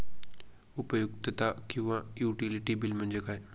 उपयुक्तता किंवा utility bill म्हणजे काय?